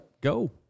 Go